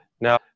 Now